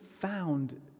found